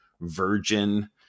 Virgin